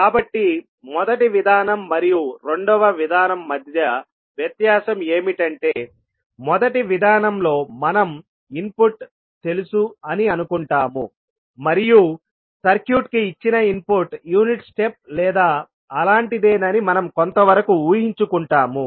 కాబట్టి మొదటి విధానం మరియు రెండవ విధానం మధ్య వ్యత్యాసం ఏమిటంటే మొదటి విధానంలో మనం ఇన్పుట్ తెలుసు అని అనుకుంటాము మరియు సర్క్యూట్కు ఇచ్చిన ఇన్పుట్ యూనిట్ స్టెప్ లేదా అలాంటిదేనని మనం కొంతవరకు ఊహించుకుంటాము